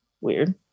Weird